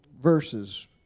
verses